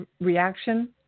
reaction